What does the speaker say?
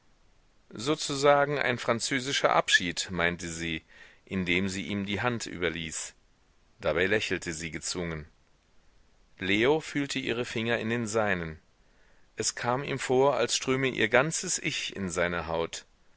sozusagen ein französischer abschied meinte sie indem sie ihm die hand überließ dabei lächelte sie gezwungen leo fühlte ihre finger in den seinen es kam ihm vor als ströme ihr ganzes ich in seine haut